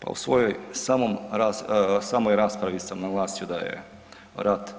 Pa u svojoj, samom, samoj raspravi sam naglasio da je rat